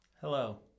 Hello